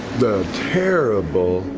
the terrible,